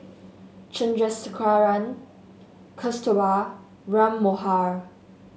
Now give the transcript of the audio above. Chandrasekaran Kasturba Ram Manohar